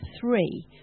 three